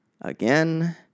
again